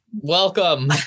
welcome